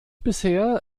bisher